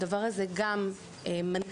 הדבר הזה גם מנכיח